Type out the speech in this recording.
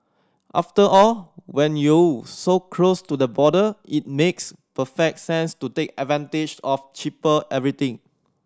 after all when you so close to the border it makes perfect sense to take advantage of cheaper everything